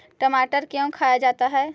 टमाटर क्यों खाया जाता है?